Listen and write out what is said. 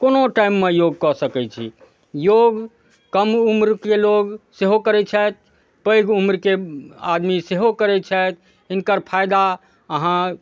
कोनो टाइममे योग कऽ सकै छी योग कम उम्रके लोक सेहो करै छथि पैघ उम्रके आदमी सेहो करै छथि हिनकर फाइदा अहाँ